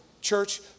Church